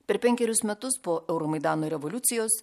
per penkerius metus po euromaidano revoliucijos